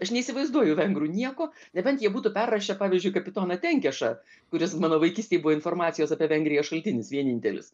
aš neįsivaizduoju vengrų nieko nebent jį būtų perrašę pavyzdžiui kapitoną tenkešą kuris mano vaikystėj buvo informacijos apie vengriją šaltinis vienintelis